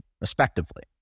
respectively